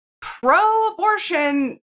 pro-abortion